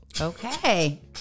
Okay